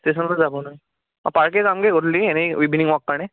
ষ্টেশ্যনলৈ যাব নোৱাৰি অঁ পাৰ্কে যামগৈ গধূলি এনেই ইভিনিং ৱাক কাৰণে